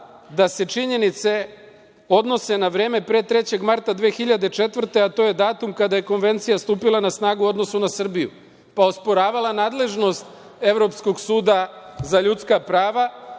da se činjenice odnose na vreme pre 3. marta 2004. godine, a to je datum kada je Konvencija stupila na snagu u odnosu na Srbiju, pa osporavala nadležnost Evropskog suda za ljudska prava,